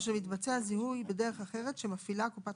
או שמתבצע זיהוי בדרך אחרת שמפעילה קופת